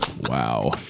Wow